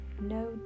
No